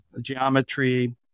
geometry